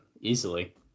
Easily